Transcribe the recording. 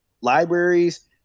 libraries